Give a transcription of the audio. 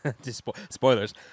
Spoilers